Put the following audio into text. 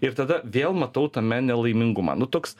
ir tada vėl matau tame nelaimingumą nu toks